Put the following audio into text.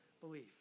belief